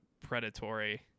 predatory